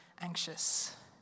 anxious